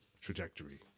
trajectory